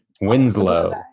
Winslow